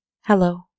Hello